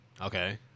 Okay